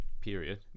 period